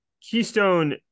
Keystone